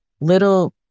little